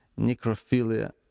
necrophilia